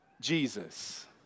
Jesus